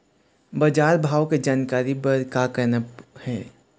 बजार भाव के जानकारी बर का करना हे?